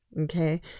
okay